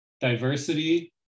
diversity